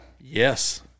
Yes